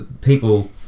people